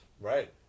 Right